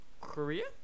Korea